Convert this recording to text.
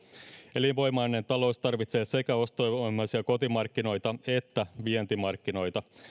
elinvoimainen talous tarvitsee sekä ostovoimaisia kotimarkkinoita että vientimarkkinoita